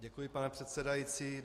Děkuji, pane předsedající.